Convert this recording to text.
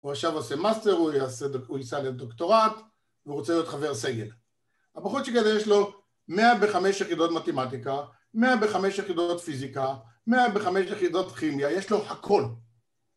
הוא עכשיו עושה מאסטר, הוא ייסע לדוקטורט, והוא רוצה להיות חבר סגל. הבחורצ'יק הזה יש לו 105 יחידות מתמטיקה, 105 יחידות פיזיקה, 105 יחידות כימיה, יש לו הכל.